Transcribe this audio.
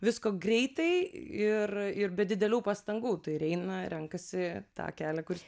visko greitai ir ir be didelių pastangų tai ir eina renkasi tą kelią kuris